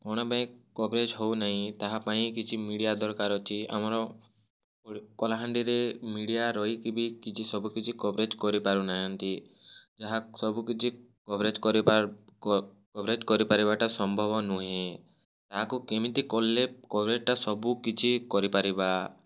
କ'ଣ ପାଇଁ କଭରେଜ୍ ହେଉନାଇଁ ତାହା ପାଇଁ କିଛି ମିଡ଼ିଆ ଦରକାର ଅଛି ଆମର କଲାହାଣ୍ଡିରେ ମିଡ଼ିଆ ରହିକି ବି କିଛି ସବୁ କିଛି କଭରେଜ୍ କରିପାରୁନାହାନ୍ତି ଯାହା ସବୁ କିଛି କଭରେଜ୍ କରିପା କଭରେଜ୍ କରି ପାରିବାଟା ସମ୍ଭବ ନୁହେଁ ଏହାକୁ କେମିତି କଲେ କଭରେଜ୍ଟା ସବୁ କିଛି କରିପାରିବା